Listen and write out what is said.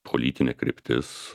politinė kryptis